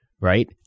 right